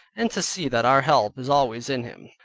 and to see that our help is always in him.